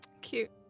cute